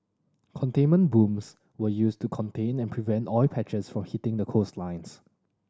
containment booms were used to contain and prevent oil patches from hitting the coastlines